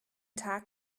tag